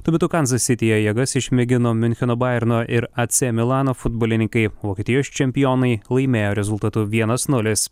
tuo metu kanzas sityje jėgas išmėgino miuncheno baierno ir ac milano futbolininkai vokietijos čempionai laimėjo rezultatu vienas nulis